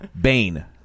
Bane